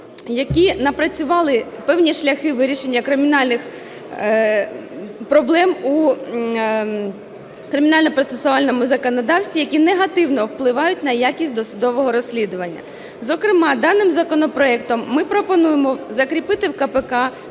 які напрацювали певні шляхи вирішення кримінальних проблем у кримінально-процесуальному законодавстві, які негативно впливають на якість досудового розслідування. Зокрема, даним законопроектом ми пропонуємо закріпити в КПК